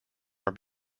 are